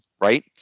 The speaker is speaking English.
right